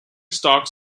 stocks